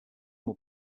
will